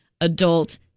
adult